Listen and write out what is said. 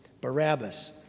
Barabbas